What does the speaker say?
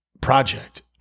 project